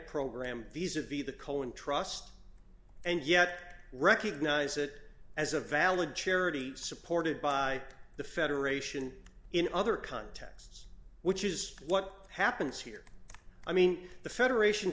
program visa v the cohen trust and yet recognise it as a valid charity supported by the federation in other contexts which is what happens here i mean the federation